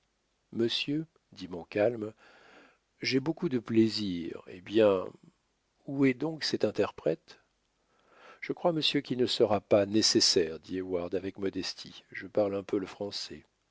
monsieur dit montcalm j'ai beaucoup de plaisir eh bien où est donc cet interprète je crois monsieur qu'il ne sera pas nécessaire dit heyward avec modestie je parle un peu le français